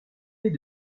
les